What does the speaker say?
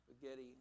Spaghetti